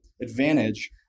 advantage